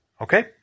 Okay